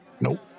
nope